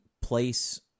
place